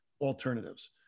alternatives